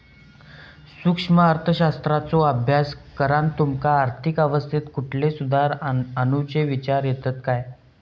सूक्ष्म अर्थशास्त्राचो अभ्यास करान तुमका आर्थिक अवस्थेत कुठले सुधार आणुचे विचार येतत काय?